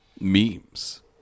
memes